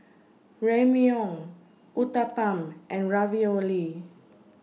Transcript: Ramyeon Uthapam and Ravioli